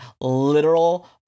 literal